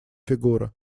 фигура